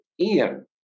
Ian